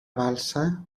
balsa